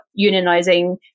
unionizing